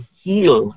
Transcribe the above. heal